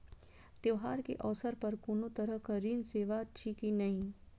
त्योहार के अवसर पर कोनो तरहक ऋण सेवा अछि कि नहिं?